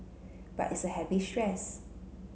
but it's happy stress